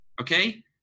okay